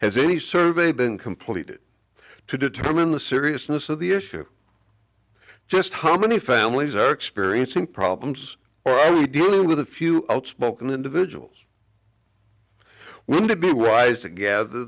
has any survey been completed to determine the seriousness of the issue just how many families are experiencing problems or are you dealing with a few outspoken individuals would be rise to gather